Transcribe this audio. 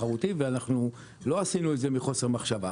תחרותי ואנחנו לא עשינו את זה מחוסר מחשבה.